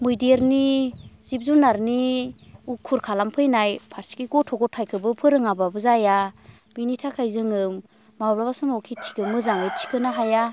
मैदेरनि जिब जुनारनि उखुर खालामफैनाय फारसेखि गथ' गथायखोबो फोरोङाब्लाबो जाया बिनि थाखाय जोङो माब्लाबा समाव खेथिखो मोजाङै थिखोनो हाया